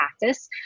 practice